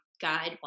guide